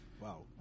Wow